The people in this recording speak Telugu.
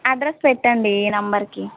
అడ్రెస్ పెట్టండి ఈ నంబర్కి